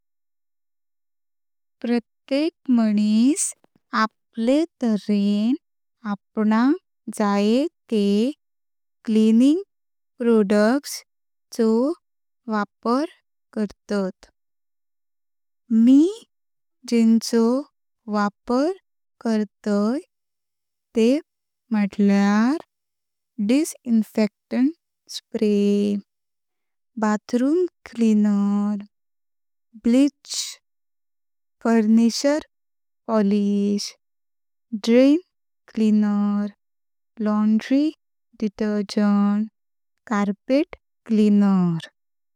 प्रत्येक माणूस आपल्या तऱ्हेन आपलं जायत तेह क्लीनिंग प्रॉडक्ट्सचो वापर करतात। मी जेंचो वापर करतय तेह म्हुटल्यार disinfectant spray, bathroom cleaner, bleach, furniture polish, drain cleaner, laundry detergent, carpet cleaner.